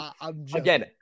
again